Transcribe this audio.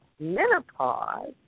menopause